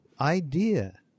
idea